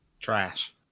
Trash